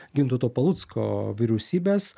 gintauto palucko vyriausybės